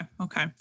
Okay